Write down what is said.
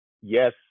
Yes